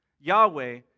Yahweh